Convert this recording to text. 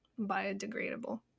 biodegradable